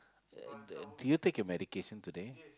yeah did did you take your medication today